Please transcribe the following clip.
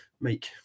make